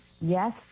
Yes